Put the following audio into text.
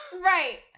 right